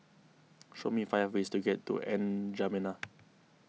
show me five ways to get to N'Djamena